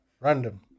Random